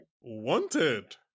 wanted